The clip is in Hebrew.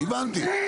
הבנתי,